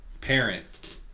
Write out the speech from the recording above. parent